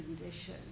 condition